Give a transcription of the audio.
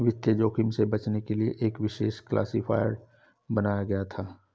वित्तीय जोखिम से बचने के लिए एक विशेष क्लासिफ़ायर बनाया गया था